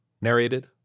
Narrated